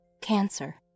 Cancer